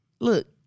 Look